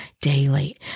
daily